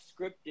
scripted